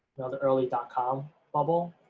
the early com bubble,